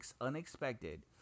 unexpected